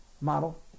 model